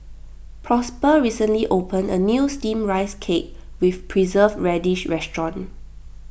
prosper recently opened a new Steamed Rice Cake with Preserved Radish restaurant